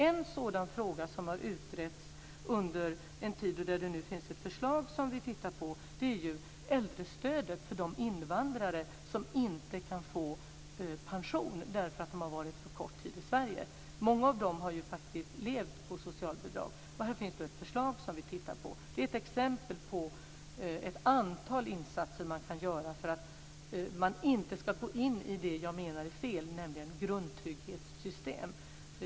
En sådan fråga som har utretts under en tid, och där det nu finns ett förslag som vi tittar på, gäller äldrestödet till de invandrare som inte kan få pension därför att de har varit för kort tid i Sverige. Många av dem har ju faktiskt levt på socialbidrag. Här finns det ett förslag som vi tittar på. Det är ett exempel bland ett antal på insatser som man kan göra för att inte gå in i det som jag menar är fel, nämligen ett grundtrygghetssystem.